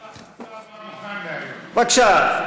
בבקשה,